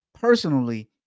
personally